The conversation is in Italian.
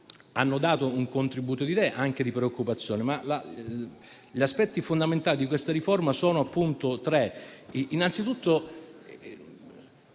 hanno dato un contributo di idee e anche di preoccupazione. Gli aspetti fondamentali di questa riforma sono tre. Innanzitutto